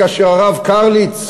כאשר הרב קרליץ,